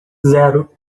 zero